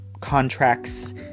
contracts